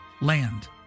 land